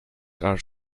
are